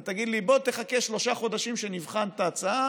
אתה תגיד לי: בוא תחכה שלושה חודשים שנבחן את ההצעה